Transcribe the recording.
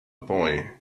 boy